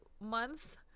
month